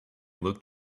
looked